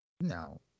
no